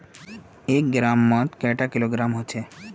एक ग्राम मौत कैडा किलोग्राम होचे?